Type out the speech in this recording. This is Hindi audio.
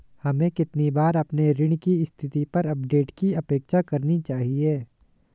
हमें कितनी बार अपने ऋण की स्थिति पर अपडेट की अपेक्षा करनी चाहिए?